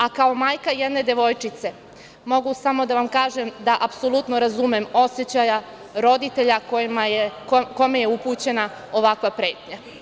A, kao majka jedne devojčice mogu samo da vam kažem da apsolutno razumem osećaja roditelja kojima je upućena ovakva pretnja.